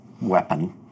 Weapon